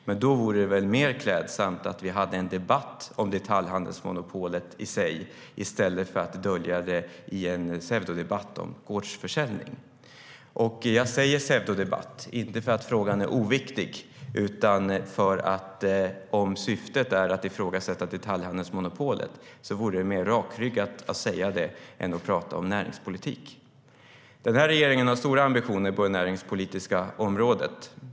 Men då vore det väl mer klädsamt om vi hade en debatt om detaljhandelsmonopolet i sig i stället för att dölja det i en pseudodebatt om gårdsförsäljning. Den här regeringen har stora ambitioner på det näringspolitiska området.